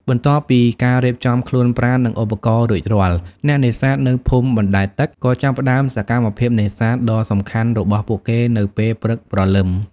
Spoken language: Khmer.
បន្ទាប់ពីការរៀបចំខ្លួនប្រាណ និងឧបករណ៍រួចរាល់ អ្នកនេសាទនៅភូមិបណ្តែតទឹកក៏ចាប់ផ្តើមសកម្មភាពនេសាទដ៏សំខាន់របស់ពួកគេនៅពេលព្រឹកព្រលឹម។